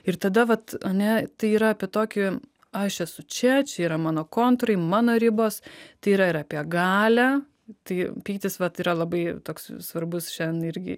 ir tada vat ane tai yra apie tokį aš esu čia čia yra mano kontūrai mano ribos tai yra ir apie galią tai pyktis vat yra labai toks svarbus šian irgi